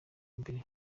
mbere